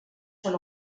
són